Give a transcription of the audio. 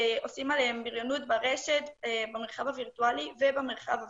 שעושים עליהם בריונות ברשת במרחב הווירטואלי ובמרחב הפיזי,